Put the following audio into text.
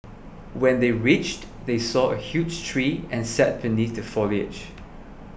when they reached they saw a huge tree and sat beneath the foliage